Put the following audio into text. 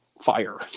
fire